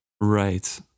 Right